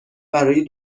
برای